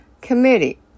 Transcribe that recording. Committee